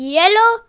yellow